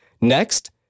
Next